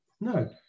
No